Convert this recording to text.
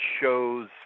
shows